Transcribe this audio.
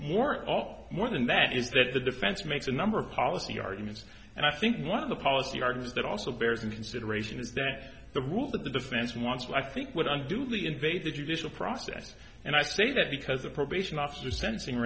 all more than that is that the defense makes a number of policy arguments and i think one of the policy argues that also bears in consideration is that the rule that the defense wants i think would undo the invade the judicial process and i say that because a probation officer sensing